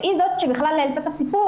והיא זאת שהעלתה בכלל את הסיפור.